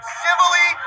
civilly